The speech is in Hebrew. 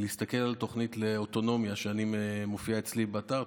אתה מוזמן להסתכל על התוכנית לאוטונומיה שמופיעה אצלי באתר,